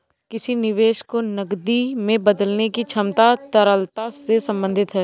किसी निवेश को नकदी में बदलने की क्षमता तरलता से संबंधित है